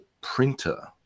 printer